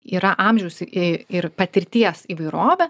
yra amžiaus ir ir patirties įvairovė